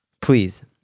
please